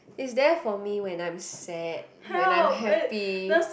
is there for me when I'm sad when I'm happy